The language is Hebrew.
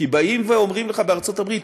כי באים ואומרים לך בארצות הברית